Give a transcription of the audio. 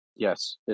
Yes